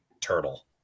turtle